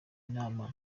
inama